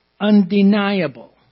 undeniable